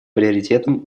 приоритетом